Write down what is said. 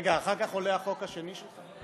רגע, אחר כך עולה החוק השני שלך?